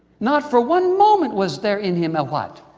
not for one moment was there in him a, what.